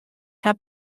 have